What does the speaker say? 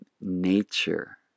nature